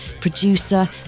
producer